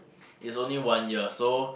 is only one year so